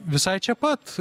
visai čia pat